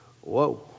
whoa